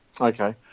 Okay